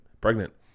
pregnant